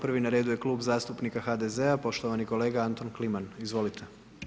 Prvi na redu je Klub zastupnika HDZ-a, poštovani kolega Anton Kliman, izvolite.